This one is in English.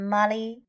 Molly